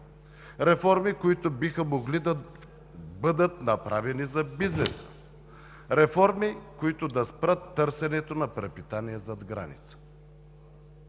Реформи, които биха могли да бъдат направени за бизнеса. Реформи, които да спрат търсенето на препитание зад граница.